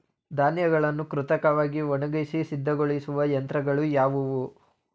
ಧಾನ್ಯಗಳನ್ನು ಕೃತಕವಾಗಿ ಒಣಗಿಸಿ ಸಿದ್ದಗೊಳಿಸುವ ಯಂತ್ರಗಳು ಯಾವುವು?